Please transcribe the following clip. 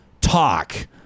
talk